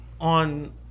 on